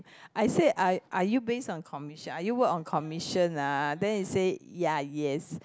I say are are you based on commission are you work on commission ah then he say ya yes